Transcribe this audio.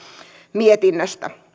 mietinnöstä